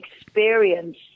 experience